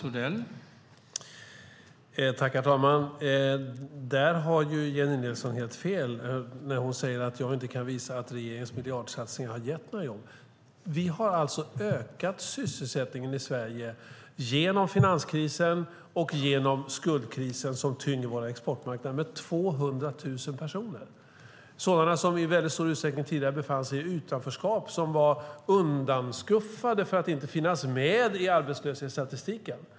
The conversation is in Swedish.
Herr talman! Jennie Nilsson har helt fel när hon säger att jag inte kan visa att regeringens miljardsatsningar har gett några jobb. Vi har alltså ökat sysselsättningen i Sverige genom finanskrisen och genom skuldkrisen som tynger våra exportmarknader med 200 000 personer, sådana som i mycket stor utsträckning tidigare befann sig i utanförskap, som var undanskuffade för att inte finnas med i arbetslöshetsstatistiken.